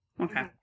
Okay